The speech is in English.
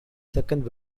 second